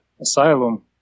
asylum